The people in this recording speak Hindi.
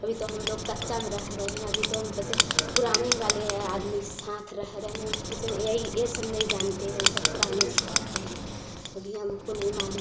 अभी तो हम लोग कच्चा में रह रहे हैं अभी तो हम बचा पुरानिन वाले आदमी के साथ रह रहे हैं पचा नहीं यही ये सब नहीं जानते हम सब पुराने के साथ चलते अभी हमको नहीं मालूम